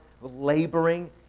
laboring